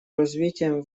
развитием